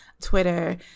Twitter